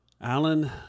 Alan